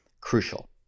crucial